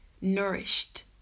nourished